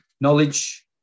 knowledge